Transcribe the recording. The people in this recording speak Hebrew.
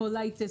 קוליטיס,